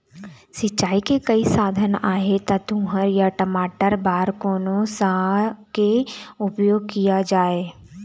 सिचाई के कई साधन आहे ता तुंहर या टमाटर बार कोन सा के उपयोग किए जाए?